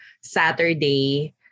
Saturday